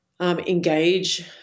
Engage